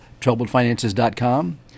TroubledFinances.com